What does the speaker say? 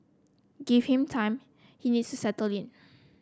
give him time he needs to settle in